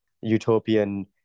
utopian